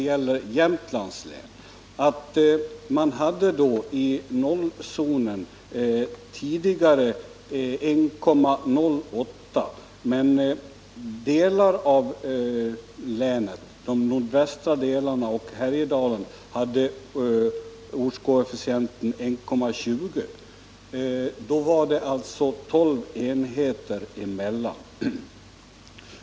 I Jämtlands län hade man tidigare i noll-zonen 1,08, men de nordvästra delarna av länet inkl. Härjedalen hade ortskoefficienten 1,20. Då var det alltså 12 enheter emellan.